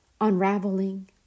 Unraveling